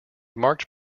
marked